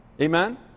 Amen